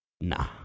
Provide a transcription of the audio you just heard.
nah